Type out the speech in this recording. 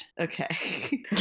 okay